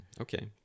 Okay